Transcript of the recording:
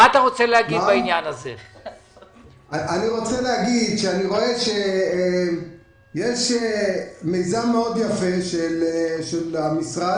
אני רואה שיש מיזם מאוד יפה של המשרד.